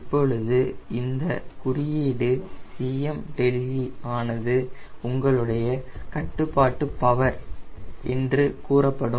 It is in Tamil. இப்பொழுது இந்தக் குறியீடு Cme ஆனது உங்களுடைய கட்டுப்பாட்டு பவர் என்று கூறப்படும்